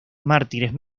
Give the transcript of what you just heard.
mártires